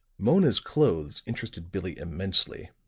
mona's clothes interested billie immensely.